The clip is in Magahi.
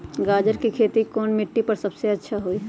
गाजर के खेती कौन मिट्टी पर समय अच्छा से होई?